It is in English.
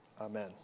Amen